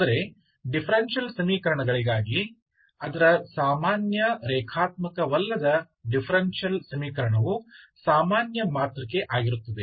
ಆದರೆ ಡಿಫರೆನ್ಷಿಯಲ್ ಸಮೀಕರಣಗಳಿಗಾಗಿ ಅದರ ಸಾಮಾನ್ಯ ರೇಖಾತ್ಮಕವಲ್ಲದ ಡಿಫರೆನ್ಷಿಯಲ್ ಸಮೀಕರಣವು ಸಾಮಾನ್ಯ ಮಾತೃಕೆ ಆಗಿರುತ್ತದೆ